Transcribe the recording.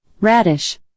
radish